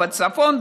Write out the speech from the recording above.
בצפון,